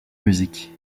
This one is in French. musique